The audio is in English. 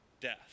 death